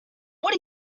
what